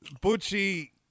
Butchie